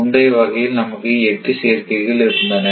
முந்தைய வகையில் நமக்கு 8 சேர்க்கைகள் இருந்தன